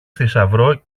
θησαυρό